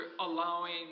allowing